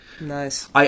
Nice